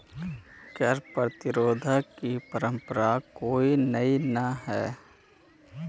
कर प्रतिरोध की परंपरा कोई नई न हई